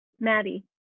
Maddie